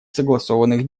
согласованных